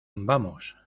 vamos